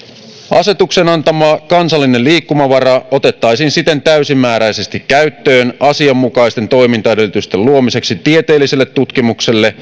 asetuksen antama kansallinen liikkumavara otettaisiin siten täysimääräisesti käyttöön asianmukaisten toimintaedellytysten luomiseksi tieteelliselle tutkimukselle